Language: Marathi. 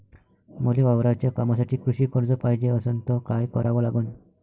मले वावराच्या कामासाठी कृषी कर्ज पायजे असनं त काय कराव लागन?